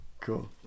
Cool